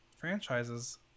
franchises